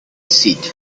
seat